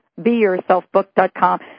Beyourselfbook.com